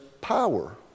Power